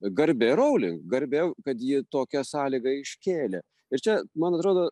garbė rowling garbė kad ji tokią sąlygą iškėlė ir čia man atrodo